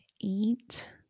eat